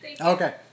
okay